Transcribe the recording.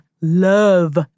love